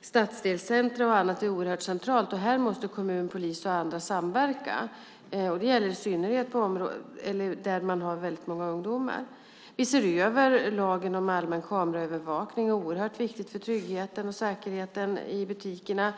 stadsdelscentrum och liknande är oerhört centralt. Här måste kommun, polis och andra samverka. Det gäller i synnerhet där man har väldigt många ungdomar. Vi ser över lagen om allmän kameraövervakning, vilket är oerhört viktigt för tryggheten och säkerheten i butikerna.